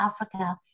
Africa